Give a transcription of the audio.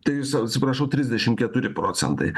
trys atsiprašau trisdešimt keturi procentai